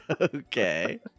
Okay